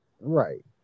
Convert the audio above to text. right